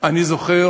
אני זוכר